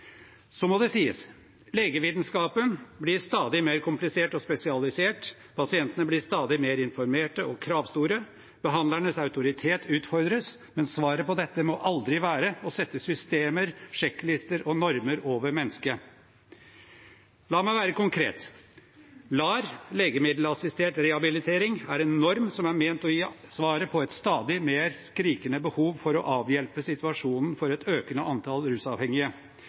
Så må det sies: Legevitenskapen blir stadig mer komplisert og spesialisert. Pasientene blir stadig mer informerte og kravstore. Behandlernes autoritet utfordres. Men svaret på dette må aldri være å sette systemer, sjekklister og normer over mennesket. La meg være konkret: LAR, legemiddelassistert rehabilitering, er en norm som er ment å gi svaret på et stadig mer skrikende behov for å avhjelpe situasjonen for et økende antall rusavhengige.